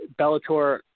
Bellator